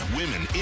women